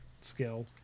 skill